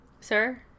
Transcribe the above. Sir